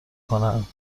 کنم